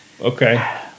Okay